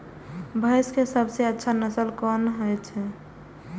भैंस के सबसे अच्छा नस्ल कोन होय छे?